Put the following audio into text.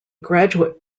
graduate